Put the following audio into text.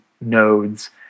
nodes